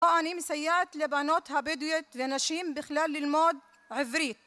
אני מסייעת לבנות הבדואיות לנשים בכלל ללמוד עברית